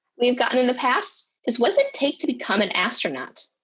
we've gotten in the past is what does it take to become an astronaut?